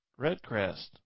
Redcrest